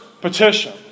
petition